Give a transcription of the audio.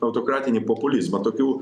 autokratinį populizmą tokių